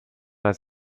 als